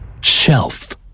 Shelf